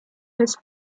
his